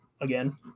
again